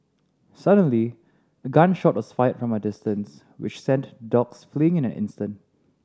suddenly a gun shot was fired from a distance which sent the dogs fleeing in an instant